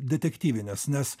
detektyvinis nes